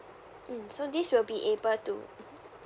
mm so this will be able to mmhmm